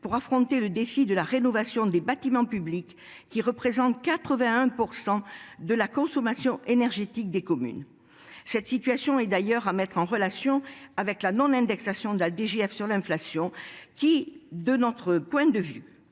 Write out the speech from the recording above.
pour affronter le défi de la rénovation des bâtiments publics, lesquels représentent 81 % de la consommation énergétique des communes. Cette situation est d’ailleurs à mettre en relation avec la non indexation sur l’inflation de la dotation globale